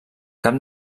cap